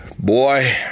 Boy